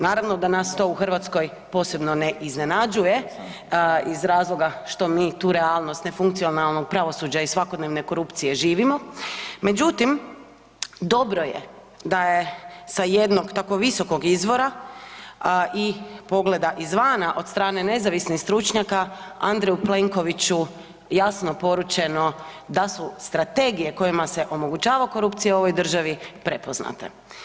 Naravno da nas to u Hrvatskoj posebno ne iznenađuje iz razloga što mi tu realnost ne funkcionalnog pravosuđa i svakodnevne korupcije živimo, međutim dobro je da je sa jednog tako visokog izvora i pogleda izvana od strane nezavisnih stručnjaka Andreju Plenkoviću jasno poručeno da su strategija kojima se omogućava korupcija u ovoj državi prepoznate.